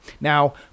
Now